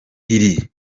iri